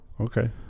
Okay